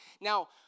Now